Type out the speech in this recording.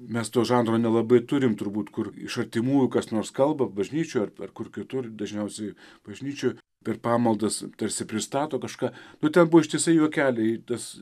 mes to žanro nelabai turim turbūt kur iš artimųjų kas nors kalba bažnyčioj ar ar kur kitur dažniausiai bažnyčioj per pamaldas tarsi pristato kažką nu ten buvo ištisai juokeliai tas